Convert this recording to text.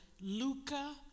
Luca